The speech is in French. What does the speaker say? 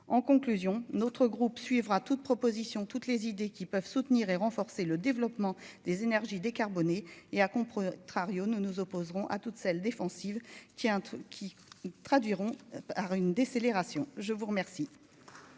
en conclusion, notre groupe suivra toute proposition toutes les idées qui peuvent soutenir et renforcer le développement des énergies décarbonnées et à contre-travail nous nous opposerons à toutes celles défensives qui un truc qui ils traduiront par une décélération, je vous remercie.